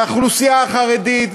והאוכלוסייה החרדית,